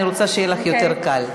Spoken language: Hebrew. אני רוצה שיהיה לך יותר קל.